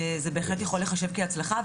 זה בהחלט יכול להיחשב כהצלחה.